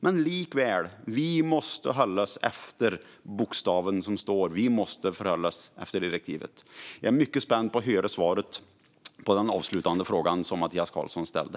Men likväl måste vi hålla oss till den bokstav som står; vi måste förhålla oss till direktivet. Jag är mycket spänd på att höra svaret på den avslutande fråga som Mattias Karlsson ställde.